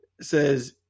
says